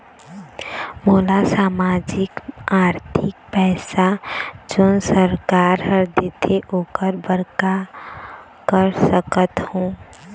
मोला सामाजिक आरथिक पैसा जोन सरकार हर देथे ओकर बर का कर सकत हो?